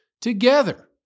together